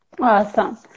Awesome